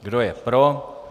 Kdo je pro?